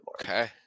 Okay